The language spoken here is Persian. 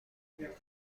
میرفت